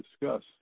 discuss